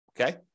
Okay